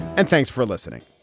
and thanks for listening